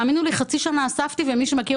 תאמינו לי שאספתי במשך חצי שנה ומי שמכיר